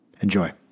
Enjoy